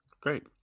Great